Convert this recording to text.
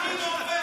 מירב,